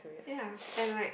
ya and like